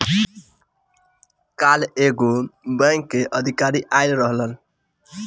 काल्ह एगो बैंक के अधिकारी आइल रहलन